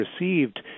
received